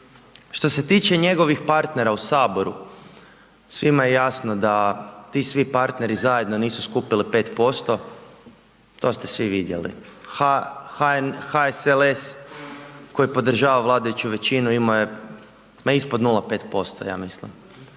Što se tiče njegovih partnera u Saboru, svima je jasno da ti svi partneri zajedno nisu skupili 5%, to ste svi vidjeli. HSLS koji podržava vladajući većinu imao je, ma ispod 0,5%, ja mislim.